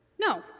No